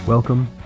Welcome